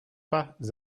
pas